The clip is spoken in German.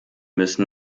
müssen